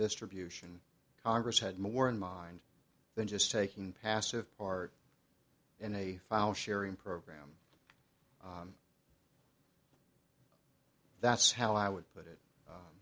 distribution congress had more in mind than just taking passive part in a file sharing program that's how i would put it